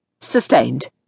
Sustained